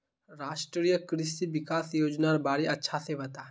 राष्ट्रीय कृषि विकास योजनार बारे अच्छा से बता